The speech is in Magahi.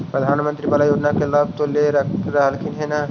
प्रधानमंत्री बाला योजना के लाभ तो ले रहल्खिन ह न?